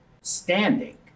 standing